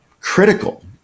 critical